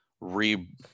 re